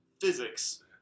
physics